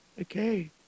okay